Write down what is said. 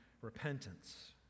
repentance